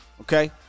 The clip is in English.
Okay